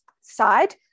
side